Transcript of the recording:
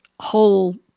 whole